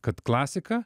kad klasika